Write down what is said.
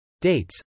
Dates